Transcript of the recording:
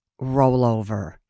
rollover